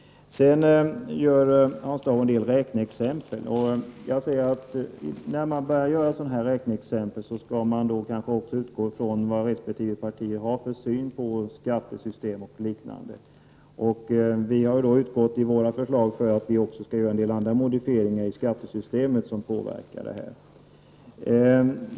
Hans Dau gör en del räkneexempel. När man gör sådana här räkneexempel skall man kanske utgå från vad resp. parti har för syn på skattesystem o.d. Vi har i våra förslag utgått från att vi också skall göra en del andra modifieringar av skattesystemet som påverkar det här.